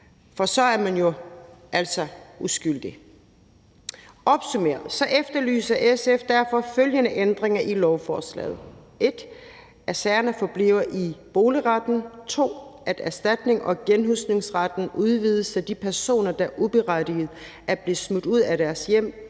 For så er man jo altså uskyldig. Opsummerende efterlyser SF derfor følgende ændringer i lovforslaget: 1) at sagerne forbliver i boligretten, 2) at erstatnings- og genhusningsretten udvides, så de personer, der uberettiget er blevet smidt ud af deres hjem,